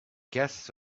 guests